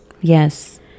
yes